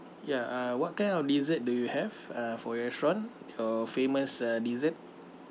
ya uh what kind of dessert do you have uh for your restaurant your famous uh dessert